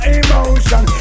emotion